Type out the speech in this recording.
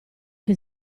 che